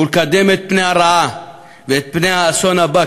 ולקדם את פני הרעה ואת פני האסון הבא.